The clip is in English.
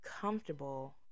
comfortable